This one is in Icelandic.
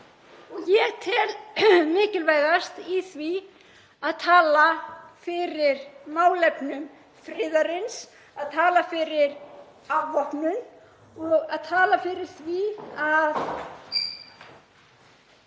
Ég tel mikilvægast í því að tala fyrir málefnum friðarins, að tala fyrir afvopnun og að tala fyrir því að